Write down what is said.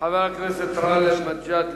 חבר הכנסת גאלב מג'אדלה,